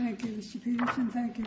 thank you thank you